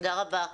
תודה רבה.